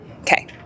okay